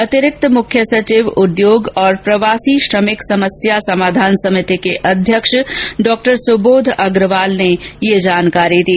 अतिरिक्त मुख्य सचिव उद्योग और प्रवासी श्रमिक समस्या समाधान समिति के अध्यक्ष डॉ सुबोध अग्रवाल ने ये जानकारी दी